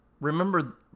remember